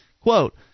Quote